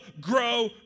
grow